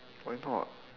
why not